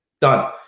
done